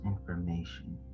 information